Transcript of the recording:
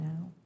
now